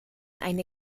eine